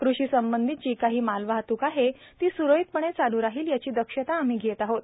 कृषी संबंधित जी काही मालवाहतूक आह ती स्रळीतपण चालू राहील याची दक्षता आम्ही घप्त आहोत